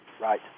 Right